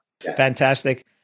Fantastic